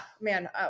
man